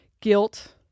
guilt